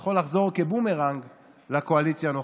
יכול לחזור כבומרנג לקואליציה הנוכחית.